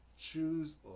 Choose